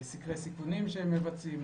סקרי סיכונים שהם מבצעים,